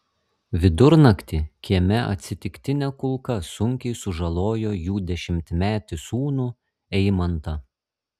vidurnaktį kieme atsitiktinė kulka sunkiai sužalojo jų dešimtmetį sūnų eimantą